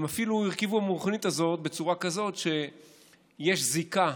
הם אפילו הרכיבו את המכונית הזאת בצורה כזאת שיש זיקה